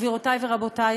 גבירותי ורבותי,